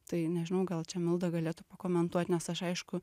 tai nežinau gal čia milda galėtų pakomentuot nes aš aišku